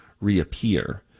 reappear